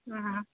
ꯑ